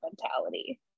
mentality